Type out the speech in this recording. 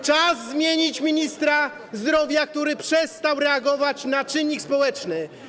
Czas zmienić ministra zdrowia, który przestał reagować na czynnik społeczny.